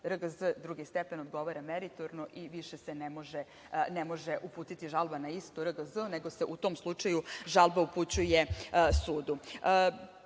RGZ, drugi stepen odgovara meritorno i više se ne može uputiti žalba na istu, RGZ, nego se u tom slučaju žalba upućuje sudu. To